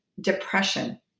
depression